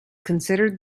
considered